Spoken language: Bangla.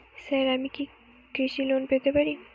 স্যার আমি কি কৃষি লোন পেতে পারি?